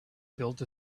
built